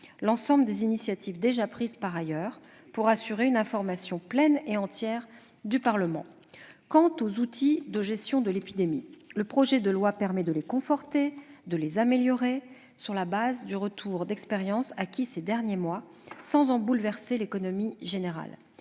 l'ensemble des initiatives déjà prises par ailleurs pour assurer une information pleine et entière du Parlement. Quant aux outils de gestion de l'épidémie, le projet de loi permet de les conforter et de les améliorer sur la base du retour d'expérience acquis ces derniers mois, sans en bouleverser l'économie générale.